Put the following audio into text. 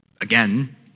again